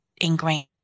ingrained